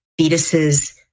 fetuses